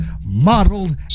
modeled